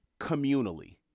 communally